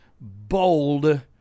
bold